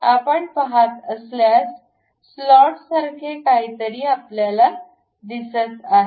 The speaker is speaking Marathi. आपण पहात असल्यास स्लॉटसारखे काहीतरी आपल्याला दिसत आहे